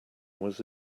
was